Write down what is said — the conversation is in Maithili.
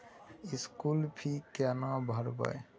स्कूल फी केना भरबै?